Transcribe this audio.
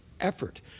effort